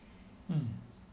mm